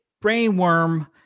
brainworm